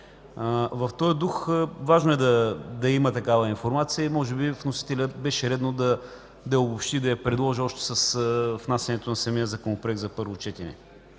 В този дух важно е да има такава информация и може би вносителят беше редно да я обобщи, да я предложи още с внасянето на самия законопроект за първо четене.